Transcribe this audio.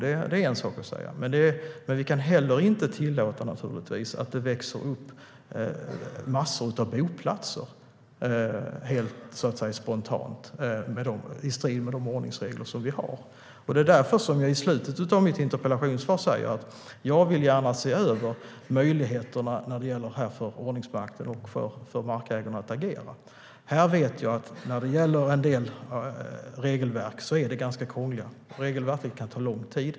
Men vi kan givetvis inte tillåta att det spontant växer upp massor av boplatser i strid med de ordningsregler vi har. Därför säger jag i slutet av mitt interpellationssvar att jag vill se över möjligheterna för ordningsmakten och markägarna att agera. Regelverken är krångliga, och det kan ta lång tid.